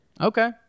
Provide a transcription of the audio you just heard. Okay